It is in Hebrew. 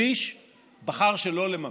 שליש בחרו שלא לממש.